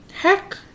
Heck